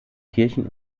kirchen